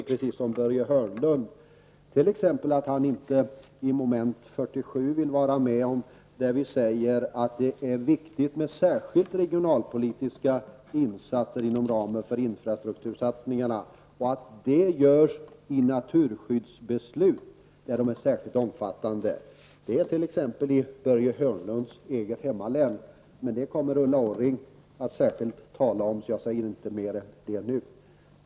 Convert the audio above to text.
Jag är t.ex. besviken över att Börje Hörnlund inte vill ställa sig bakom vår reservation till mom. 47, där vi säger att det är viktigt med speciella regionalpolitiska insatser inom ramen för infrastruktursatsningarna och att dessa satsningar bör göras i områden där naturskyddsbesluten är särskilt omfattande. Detta gäller t.ex. Börje Hörnlunds eget hemlän, men det kommer Ulla Orring senare att tala om. Herr talman!